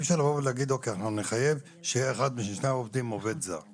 אי אפשר לבוא ולהגיד שאנחנו נחייב ששני העובדים יהיו עובדים זרים,